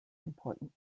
important